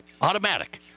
Automatic